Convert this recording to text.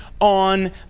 on